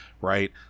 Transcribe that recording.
right